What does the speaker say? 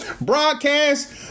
Broadcast